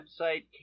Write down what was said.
website